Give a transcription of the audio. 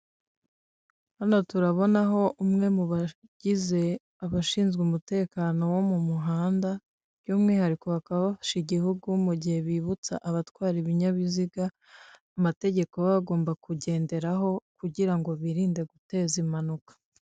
Hano turabona aho umwe mu bagize abashinzwe umutekano wo mu muhanda, by'umwihariko bakaba bafasha igihugu mu gihe bibutsa abatwara ibinyabiziga amategeko babagomba kugenderaho kugira birinde guteza impanuka.